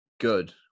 good